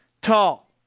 tall